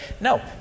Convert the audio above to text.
No